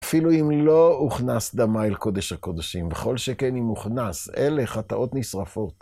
אפילו אם לא הוכנס דמה אל קודש הקודשים, וכל שכן אם הוכנס, אלה חטאות נשרפות.